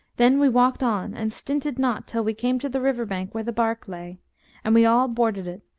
then we walked on and stinted not till we came to the river-bank where the barque lay and we all boarded it,